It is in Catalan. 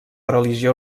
religió